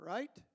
Right